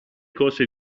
cose